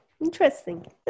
interesting